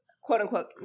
quote-unquote